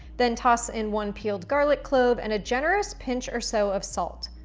then toss in one peeled garlic clove and a generous pinch or so of salt.